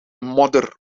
modder